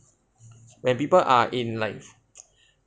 when people are in life